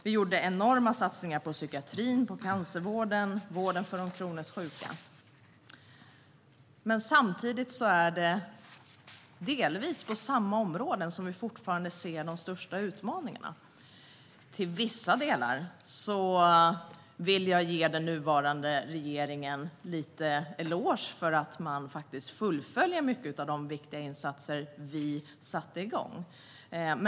Vi gjorde enorma satsningar på psykiatri, cancervård och vård för kroniskt sjuka. Men samtidigt ser vi delvis på samma områden de största utmaningarna. Jag vill ge den nuvarande regeringen en eloge för att man faktiskt fullföljer många av de viktiga insatser vi satte igång.